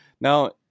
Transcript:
Now